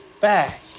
back